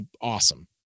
awesome